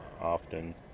often